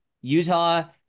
Utah